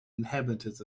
inhabitants